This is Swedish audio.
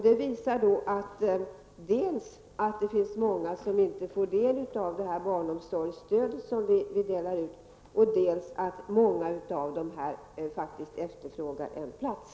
Det visar dels att det finns många barn som inte får del av det barnomsorgsstöd som delas ut, dels att föräldrarna till många av dessa barn efterfrågar en plats.